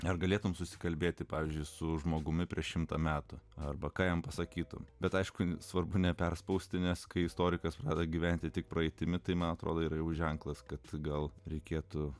ar galėtumei susikalbėti pavyzdžiui su žmogumi prieš šimtą metų arba ką jam pasakytumei bet aišku svarbu neperspausti nes kai istorikas pradeda gyventi tik praeitimi tai man atrodo yra jau ženklas kad gal reikėtų